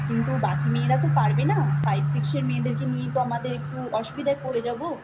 কিন্তু বাকি মেয়েরা তো পারবে না ফাইভ সিক্সের মেয়েদেরকে নিয়ে তো আমাদের একটু অসুবিধায় পড়ে যাব